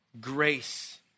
grace